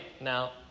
Now